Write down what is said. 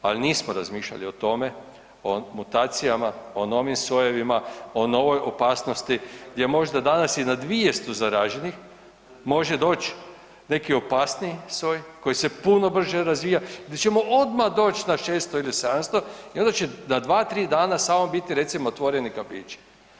Ali nismo razmišljati o tome o mutacijama, o novim sojevima, o novoj opasnosti gdje možda danas i na 200 zaraženih može doći neki opasniji soj koji se puno više razvija gdje ćemo odmah doć na 600 ili 700 i onda će na dva, tri dana samo biti recimo otvoreni kafići.